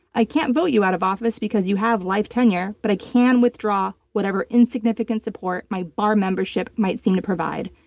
i can't vote you out of office because you have life tenure, but i can withdraw whatever insignificant support my bar membership might seem to provide.